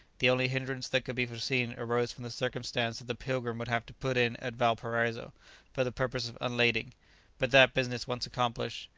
the only hindrance that could be foreseen arose from the circumstance that the pilgrim would have to put in at valparaiso for the purpose of unlading but that business once accomplished,